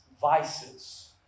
vices